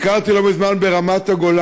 ביקרתי לא מזמן ברמת-הגולן.